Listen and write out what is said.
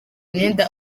imyenda